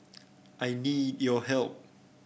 I need your help